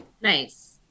Nice